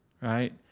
Right